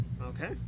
Okay